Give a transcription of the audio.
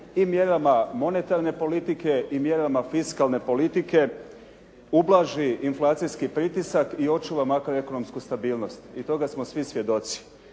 i mjerama monetarne politike i mjerama fiskalne politike ublaži inflacijski pritisak i očuva makro ekonomsku stabilnost. I toga smo svi svjedoci.